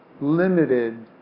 limited